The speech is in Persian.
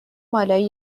مالایی